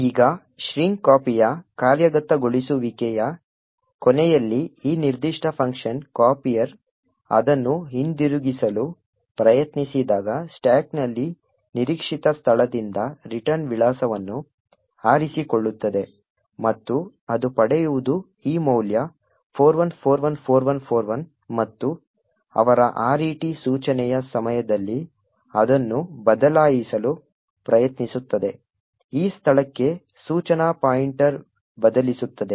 ಈಗ strcpy ಯ ಕಾರ್ಯಗತಗೊಳಿಸುವಿಕೆಯ ಕೊನೆಯಲ್ಲಿ ಈ ನಿರ್ದಿಷ್ಟ ಫಂಕ್ಷನ್ copier ಅದನ್ನು ಹಿಂದಿರುಗಿಸಲು ಪ್ರಯತ್ನಿಸಿದಾಗ ಸ್ಟಾಕ್ನಲ್ಲಿ ನಿರೀಕ್ಷಿತ ಸ್ಥಳದಿಂದ ರಿಟರ್ನ್ ವಿಳಾಸವನ್ನು ಆರಿಸಿಕೊಳ್ಳುತ್ತದೆ ಮತ್ತು ಅದು ಪಡೆಯುವುದು ಈ ಮೌಲ್ಯ 41414141 ಮತ್ತು ಅವರ RET ಸೂಚನೆಯ ಸಮಯದಲ್ಲಿ ಅದನ್ನು ಬದಲಾಯಿಸಲು ಪ್ರಯತ್ನಿಸುತ್ತದೆ ಈ ಸ್ಥಳಕ್ಕೆ ಸೂಚನಾ ಪಾಯಿಂಟರ್ ಬದಲಿಸುತ್ತದೆ